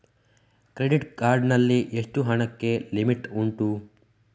Credit card ನಲ್ಲಿ ಎಷ್ಟು ಹಣಕ್ಕೆ ಲಿಮಿಟ್ ಉಂಟು?